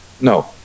no